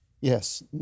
Yes